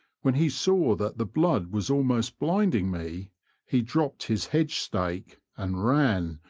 when he saw that the blood was almost blinding me he dropped his hedge-stake, and ran,